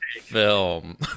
film